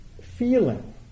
feeling